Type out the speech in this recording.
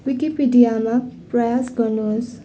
विकिपिडियामा प्रयास गर्नुहोस्